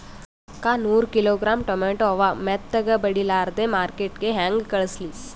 ಅಕ್ಕಾ ನೂರ kilogram tomato ಅವ, ಮೆತ್ತಗಬಡಿಲಾರ್ದೆ ಮಾರ್ಕಿಟಗೆ ಹೆಂಗ ಕಳಸಲಿ?